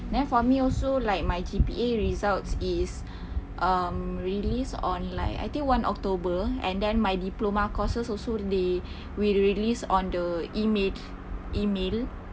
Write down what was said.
then for me also like my G_P_A results it's um released on like I think one october and then my diploma courses also eh will be released on the email email